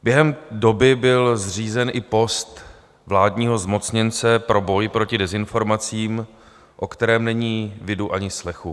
Během doby byl zřízen i post vládního zmocněnce pro boj proti dezinformacím, po kterém není ani vidu, ani slechu.